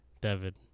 David